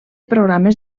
programes